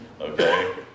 Okay